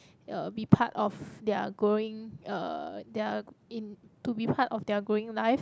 uh be part of their growing uh their in~ to be part of their growing life